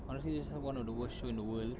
want to see this one of the worst show in the world